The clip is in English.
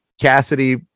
Cassidy